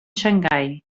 xangai